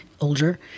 older